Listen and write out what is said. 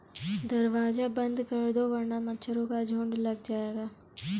दरवाज़ा बंद कर दो वरना मच्छरों का झुंड लग जाएगा